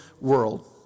world